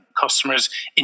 customers